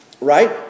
Right